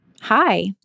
Hi